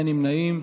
אין נמנעים.